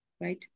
right